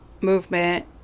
movement